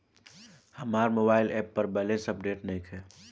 हमार mobile app पर balance update नइखे